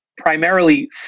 Primarily